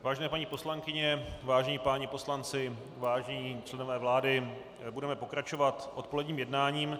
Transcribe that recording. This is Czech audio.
Vážení paní poslankyně, vážení páni poslanci, vážení členové vlády, budeme pokračovat odpoledním jednáním.